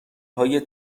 های